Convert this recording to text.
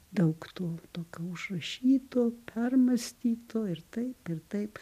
daug to tokio užrašyto permąstyto ir taip ir taip